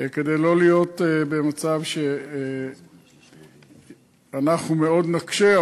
כדי לא להיות במצב שאנחנו מאוד נקשה,